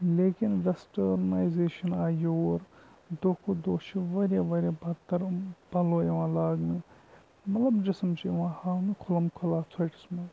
لیکِن وٮ۪سٹٲرنایزیشَن آے یور دۄہ کھۄتہ دۄہ چھِ واریاہ واریاہ بدتر پَلو یِوان لاگنہٕ مطلب جِسٕم چھِ یِوان ہاونہٕ کھُلَم کھُلا ژھٹِس منٛز